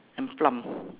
and plum